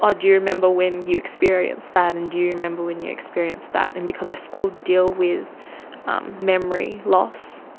ah do you remember when you experienced that? and do you remember when you experienced that? and because i still deal with um memory loss,